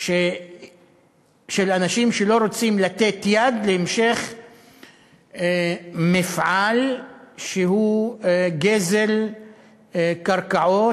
של אנשים שלא רוצים לתת יד להמשך מפעל שהוא גזל קרקעות